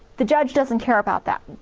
the judge doesn't care about that.